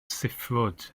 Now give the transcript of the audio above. siffrwd